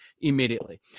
immediately